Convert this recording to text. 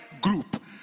group